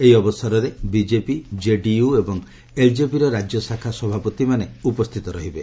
ଏହି ଅବସରରେ BJP JDU ଏବଂ ଏଲ୍ଜେପିର ରାଜ୍ୟ ଶାଖା ସଭାପତିମାନେ ଉପସ୍ଥିତ ରହିବେ